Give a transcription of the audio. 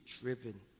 driven